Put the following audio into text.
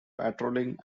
patrolling